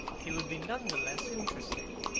he would be none the less interesting.